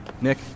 Nick